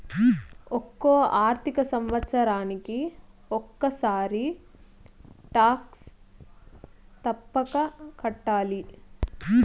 ఒక్కో ఆర్థిక సంవత్సరానికి ఒక్కసారి టాక్స్ తప్పక కట్టాలి